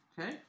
Okay